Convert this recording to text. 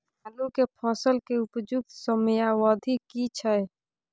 आलू के फसल के उपयुक्त समयावधि की छै?